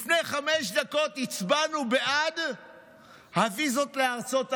לפני חמש דקות הצבענו בעד הוויזות לארצות הברית.